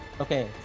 okay